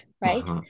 right